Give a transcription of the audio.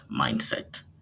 mindset